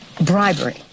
bribery